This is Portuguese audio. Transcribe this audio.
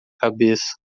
cabeça